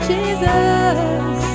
Jesus